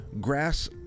grass